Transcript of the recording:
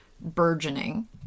burgeoning